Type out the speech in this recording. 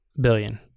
billion